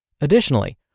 Additionally